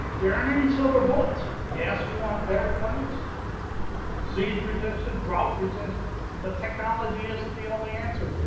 there aren't any silver bullets. yes, we want better plants disease-resistant, drought resistance but technology isn't the only answer.